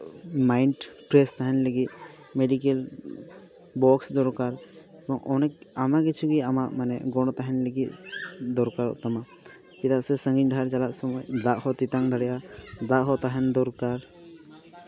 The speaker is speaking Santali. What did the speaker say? ᱢᱟᱭᱤᱱᱰ ᱯᱷᱨᱮ ᱥ ᱞᱟᱹᱜᱤᱫ ᱢᱮᱰᱤᱠᱮᱞ ᱵᱚᱠᱥ ᱫᱚᱨᱠᱟᱨ ᱚᱱᱮᱠ ᱟᱭᱢᱟ ᱠᱤᱪᱷᱩ ᱜᱮ ᱟᱢᱟᱜ ᱢᱟᱱᱮ ᱜᱚᱲᱚ ᱛᱟᱦᱮᱱ ᱞᱟᱹᱜᱤᱫ ᱫᱚᱨᱠᱟᱨᱚᱜ ᱛᱟᱢᱟ ᱪᱮᱫᱟᱜ ᱥᱮ ᱥᱟᱺᱜᱤᱧ ᱰᱟᱦᱟᱨ ᱪᱟᱞᱟᱜ ᱥᱚᱢᱚᱭ ᱫᱟᱜ ᱦᱚᱸ ᱛᱮᱛᱟᱝ ᱫᱟᱲᱮᱭᱟᱜᱼᱟ ᱫᱟᱜ ᱦᱚᱸ ᱛᱟᱦᱮᱱ ᱫᱚᱨᱠᱟᱨ